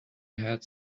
had